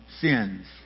sins